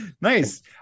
Nice